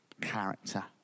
character